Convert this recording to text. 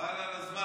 חבל על הזמן.